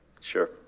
Sure